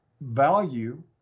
value